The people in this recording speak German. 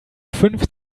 fünf